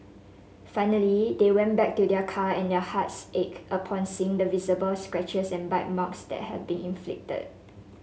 finally they went back to their car and their hearts ached upon seeing the visible scratches and bite marks that had been inflicted